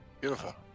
Beautiful